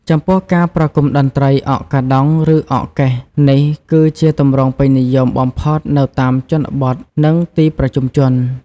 ចំពោះ ការប្រគំតន្ត្រីអកកាដង់ ឬអកកេះ នេះគឺជាទម្រង់ពេញនិយមបំផុតនៅតាមជនបទ និងទីប្រជុំជន។